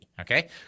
Okay